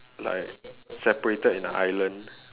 like separated in a island